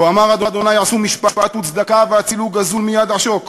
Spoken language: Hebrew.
"כה אמר ה' עשו משפט וצדקה והצילו גזול מיד עשוק